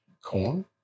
Corn